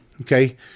okay